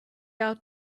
out